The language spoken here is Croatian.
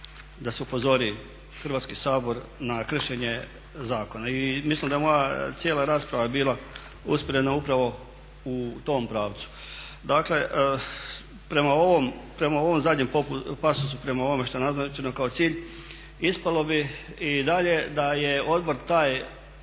da se upozori Hrvatski sabor na kršenje zakona. I mislim da je moja cijela rasprava bila usmjerena upravo u tom pravcu. Dakle, prema ovom zadnjem pasusu, prema ovome što je naznačeno kao cilj ispalo bi i dalje da je odbor taj